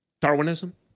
Darwinism